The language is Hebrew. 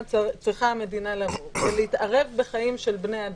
צריכה המדינה להתערב בחיים של בני אדם,